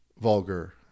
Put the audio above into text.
vulgar